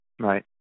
Right